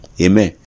Amen